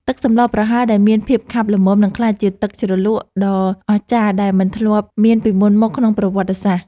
ទឹកសម្លប្រហើរដែលមានភាពខាប់ល្មមនឹងក្លាយជាទឹកជ្រលក់ដ៏អស្ចារ្យដែលមិនធ្លាប់មានពីមុនមកក្នុងប្រវត្តិសាស្ត្រ។